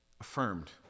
affirmed